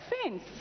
offense